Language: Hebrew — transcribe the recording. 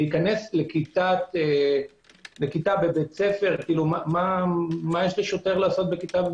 להיכנס לכיתה בבית ספר מה יש לשוטר לעשות בכיתה?